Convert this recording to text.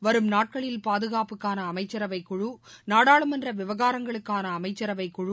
வரும் நாட்களில் பாதுகாப்புக்கானஅமைச்சரவைக் குழு நாடாளுமன்றவிவகாரங்களுக்கானஅமைச்சரவைக் குழு